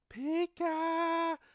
Pika